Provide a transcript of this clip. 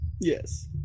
yes